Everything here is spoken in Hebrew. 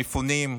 המפונים,